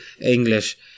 English